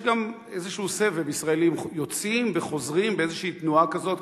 יש גם איזשהו סבב ישראלים יוצאים וחוזרים באיזושהי תנועה כזאת.